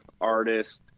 artist